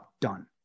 done